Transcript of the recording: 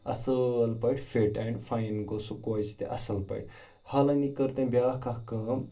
اَصٕل پٲٹھۍ fit and fine گوٚو سُہ کوچہِ تہِ اَصٕل پٲٹھۍ حالٲنی کٔر تٔمۍ بیٛاکھ اَکھ کٲم